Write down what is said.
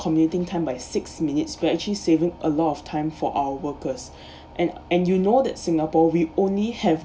commuting time by six minutes we're actually saving a lot of time for our workers and and you know that singapore we only have